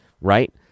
right